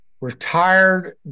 retired